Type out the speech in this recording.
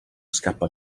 scappa